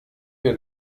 wir